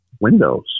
windows